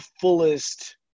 fullest